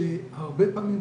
שהרבה פעמים,